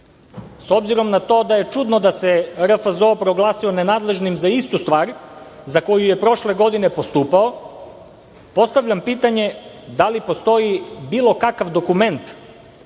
obzirom na to da je čudno da se RFZO proglasio nenadležnim za istu stvar za koju je prošle godine postupao postavljam pitanje – da li postoji bilo kakav dokument